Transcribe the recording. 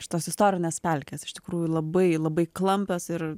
šitos istorinės pelkės iš tikrųjų labai labai klampios ir